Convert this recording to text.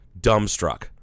dumbstruck